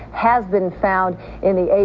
has been found in the a.